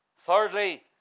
Thirdly